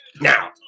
now